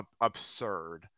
absurd